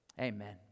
Amen